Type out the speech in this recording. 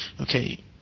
okay